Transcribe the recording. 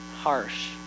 harsh